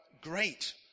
great